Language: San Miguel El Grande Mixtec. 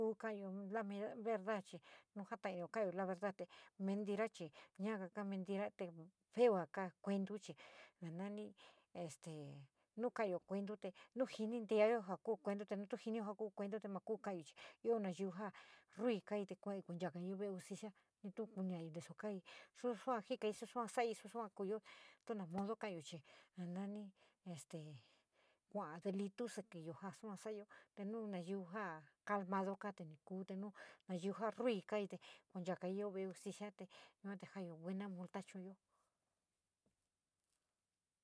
Ku kuayo la mera verdad chi nu tatoouyo kaouyo la verdad mentira chi ñaaga kaa mentira te feuga kou evento chi nu nami neste nou karaou evento te nou pinintagou ja kuuoua te nou te pinitou jia kuu evento te maa kou kaouyo chi. Io naiyú je ruii kai te kueii yo iue justice nou tuu kaou intasa kai, sou sou jikai, sou sai sou iiie justice nou sou kaouyo alt nou neste kouou deleteu o sikiyou ja soua souou ye te nou naiyú ja cadinada kou te nou kou, te nou naiyú ja uii kai te kouanchokai yoi ve´e justicia yua te jaayo te buena multa chu´uyo.